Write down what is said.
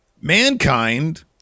mankind